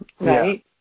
Right